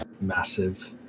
massive